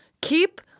keep